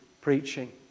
preaching